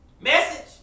Message